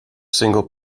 single